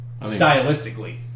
stylistically